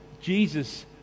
Jesus